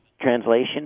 translation